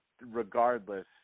regardless